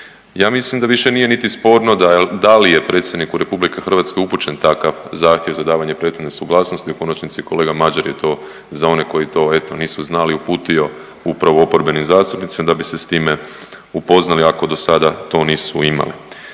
Ja mislim da nije više niti sporno da li je Predsjedniku Republike Hrvatske upućen takav zahtjev za davanje prethodne suglasnosti. U konačni kolega Mažar je to, za one koji to eto nisu znali uputio upravo oporbenim zastupnicima, da bi se s time upoznali ako do sada to nisu imali.